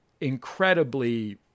incredibly